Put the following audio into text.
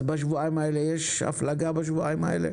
אז בשבועיים האלה, יש הפלגה בשבועיים האלה?